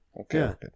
Okay